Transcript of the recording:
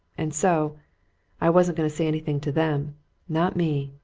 and so i wasn't going to say anything to them not me!